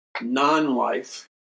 non-life